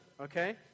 okay